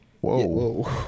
Whoa